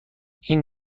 این